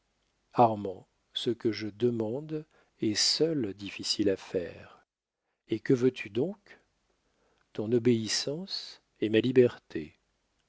armand ce que je demande est seul difficile à faire et que veux-tu donc ton obéissance et ma liberté